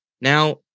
Now